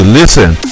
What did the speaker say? listen